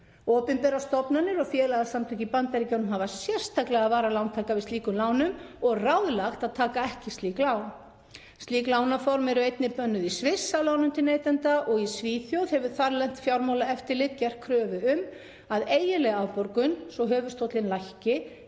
Opinberar stofnanir og félagasamtök í Bandaríkjunum hafa sérstaklega varað lántaka við slíkum lánum og ráðlagt að taka ekki slík lán. Slík lánaform eru einnig bönnuð í Sviss af lánum til neytenda og í Svíþjóð hefur þarlent fjármálaeftirlit gert kröfu um að eiginleg afborgun, svo höfuðstóllinn lækki,